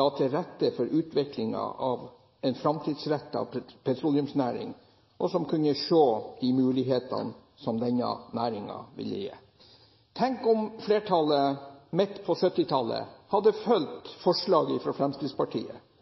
la til rette for utviklingen av en fremtidsrettet petroleumsnæring, og som kunne se de mulighetene denne næringen ville gi. Tenk om flertallet midt på 1970-tallet hadde fulgt forslaget fra Fremskrittspartiet